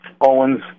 Owens